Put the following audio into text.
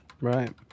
Right